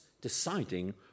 deciding